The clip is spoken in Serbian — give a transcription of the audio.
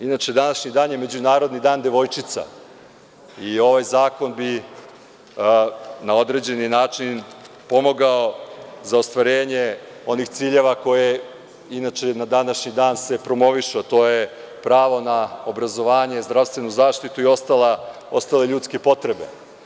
Inače, današnji dan je Međunarodni dan devojčica i ovaj zakon bi na određeni način pomogao za ostvarenje onih ciljeva koje inače na današnji dan se promovišu, a to je pravo na obrazovanje, zdravstvenu zaštitu i ostale ljudske potrebe.